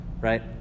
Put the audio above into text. right